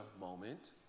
moment